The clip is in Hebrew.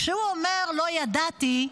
כשהוא אומר: לא ידעתי,